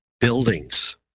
buildings